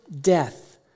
death